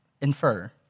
infer